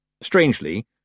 Strangely